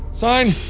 sign.